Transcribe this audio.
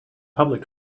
public